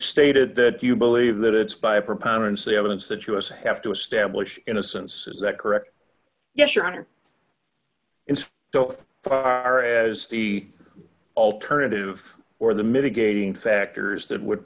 stated that you believe that it's by a preponderance of the evidence that you us have to establish innocence is that correct yes your honor so far as the alternative or the mitigating factors that would